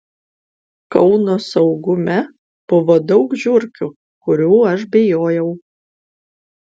kauno saugume buvo daug žiurkių kurių aš bijojau